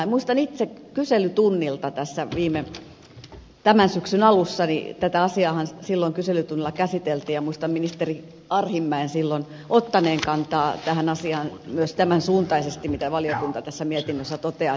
muistan itse että tätä asiaahan kyselytunnilla tässä tämän syksyn alussa käsiteltiin ja muistan ministeri arhinmäen silloin ottaneen kantaa tähän asiaan myös tämän suuntaisesti mitä valiokunta mietinnössään toteaa